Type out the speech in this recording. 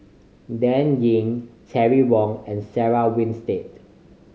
Dan Ying Terry Wong and Sarah Winstedt